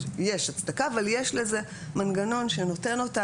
יש הצדקה, אבל יש לזה מנגנון שנותן אותה.